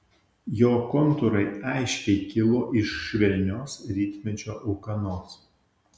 jo kontūrai aiškiai kilo iš švelnios rytmečio ūkanos